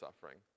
suffering